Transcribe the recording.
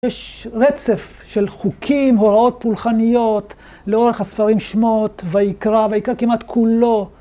יש רצף של חוקים, הוראות פולחניות, לאורך הספרים שמות, ויקרא, ויקרא כמעט כולו.